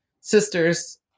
sister's